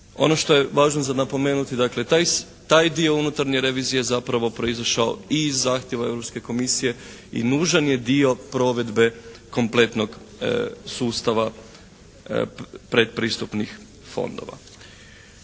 Ono što je važno za napomenuti, dakle taj dio unutarnje revizije zapravo proizišao i iz zahtjeva Europske Komisije i nužan je dio provedbe kompletnog sustava predpristupnih fondova.